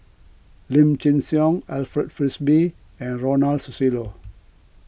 Lim Chin Siong Alfred Frisby and Ronald Susilo